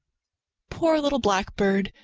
poor little blackbird!